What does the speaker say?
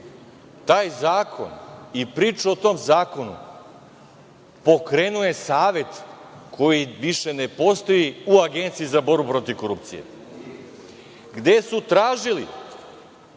taj zakon i priča o tom zakonu pokrenuo je savet koji više ne postoji u Agenciji za borbu protiv korupcije,